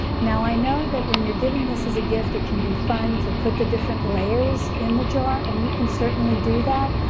now i know that when you're giving this as a gift it can be fun to put the different layers in the jar and you can certainly do that,